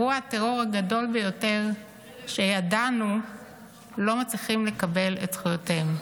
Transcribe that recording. שנפגעו באירוע הטרור הגדול ביותר שידענו ולא מצליחים לקבל את זכויותיהם.